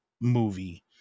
movie